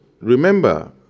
remember